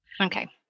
Okay